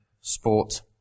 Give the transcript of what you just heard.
sport